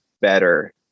better